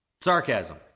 sarcasm